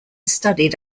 studied